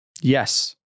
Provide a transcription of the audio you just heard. Yes